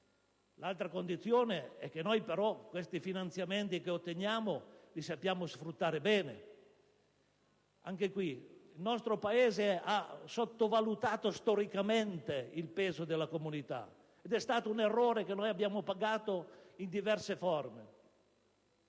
Altra condizione è che poi questi finanziamenti che otteniamo li sappiamo sfruttare bene. Anche qui il nostro Paese ha sottovalutato storicamente il peso della Comunità ed è stato un errore che abbiamo pagato in diverse forme;